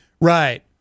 Right